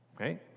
okay